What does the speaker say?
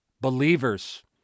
believers